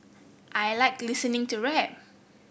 I like listening to rap